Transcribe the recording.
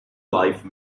life